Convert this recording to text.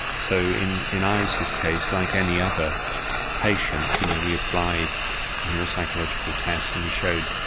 so in in iris's case, like any other patient, you know, we applied neuropsychological tests and we showed,